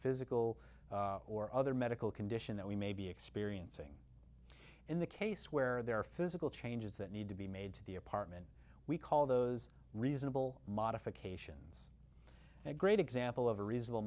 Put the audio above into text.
physical or other medical condition that we may be experiencing in the case where there are physical changes that need to be made to the apartment we call those reasonable modifications and a great example of a reasonable